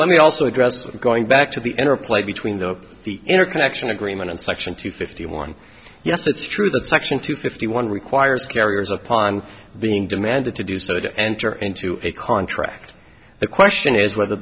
let me also address going back to the inner play between the the inner connection agreement and section two fifty one yes it's true that section two fifty one requires carriers upon being demanded to do so to enter into a contract the question is whether